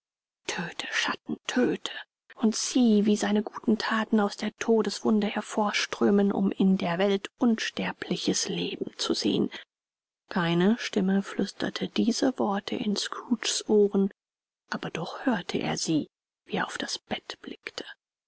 schatten töte und sieh wie seine guten thaten aus der todeswunde hervorströmen um in der welt unsterbliches leben zu sehen keine stimme flüsterte diese worte in scrooges ohren aber doch hörte er sie wie er auf das bett blickte